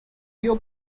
your